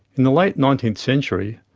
in the late nineteenth century,